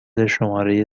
شماره